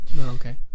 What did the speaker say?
Okay